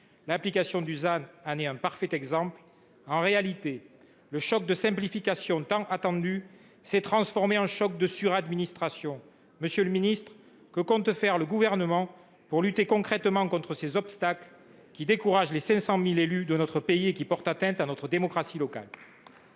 nette » (ZAN) en est un parfait exemple. En réalité, le choc de simplification tant attendu s’est transformé en choc de suradministration. Monsieur le ministre, que compte faire le Gouvernement pour lutter concrètement contre ces obstacles, qui découragent les 500 000 élus de notre pays et qui portent atteinte à notre démocratie locale ?